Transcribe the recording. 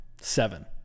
seven